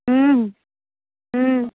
ହୁଁ ହୁଁ